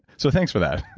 so, thanks for that!